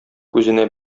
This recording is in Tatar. күзенә